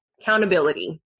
accountability